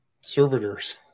servitors